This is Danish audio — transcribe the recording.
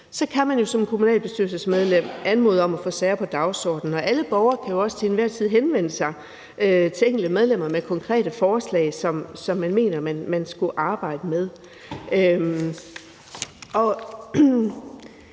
kan man som kommunalbestyrelsesmedlem anmode om at få sager på dagsordenen, og alle borgere kan jo også til enhver tid henvende sig til enkelte medlemmer med konkrete forslag, som man mener der skulle arbejdes med.